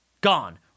Gone